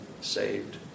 saved